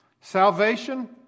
salvation